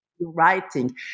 writing